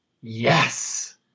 Yes